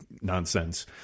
nonsense